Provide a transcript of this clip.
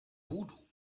voodoo